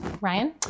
Ryan